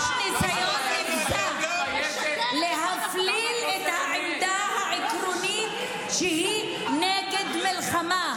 יש ניסיון נבזי להפליל את העמדה העקרונית שהיא נגד מלחמה.